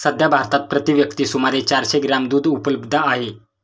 सध्या भारतात प्रति व्यक्ती सुमारे चारशे ग्रॅम दूध उपलब्ध आहे